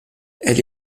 elle